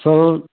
sir